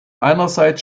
einerseits